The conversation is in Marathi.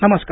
नमस्कार